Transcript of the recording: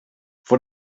for